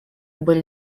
были